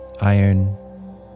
iron